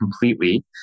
completely